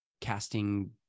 casting